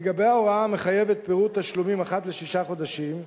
לגבי ההוראה המחייבת פירוט תשלומים אחת לשישה חודשים,